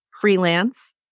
freelance